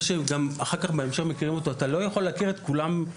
אתה לא יכול להכיר את כולם,